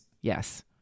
Yes